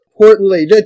Importantly